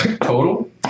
total